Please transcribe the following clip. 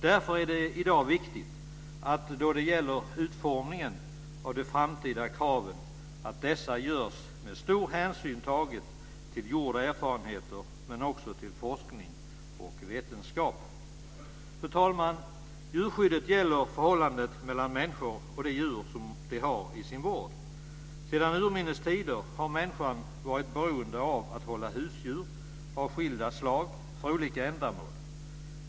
Därför är det i dag viktigt att utformningen av de framtida kraven görs med stor hänsyn tagen till gjorda erfarenheter men också till forskning och vetenskap. Fru talman! Djurskyddet gäller förhållandet mellan människor och de djur som de har i sin vård. Sedan urminnes tider har människan varit beroende av att hålla husdjur av skilda slag för olika ändamål.